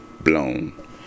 blown